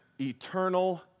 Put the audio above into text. eternal